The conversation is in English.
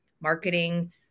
marketing